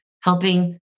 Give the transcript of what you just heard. helping